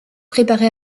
préparé